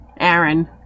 Aaron